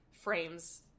frames